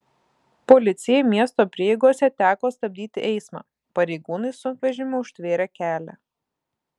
policijai miesto prieigose teko stabdyti eismą pareigūnai sunkvežimiu užtvėrė kelią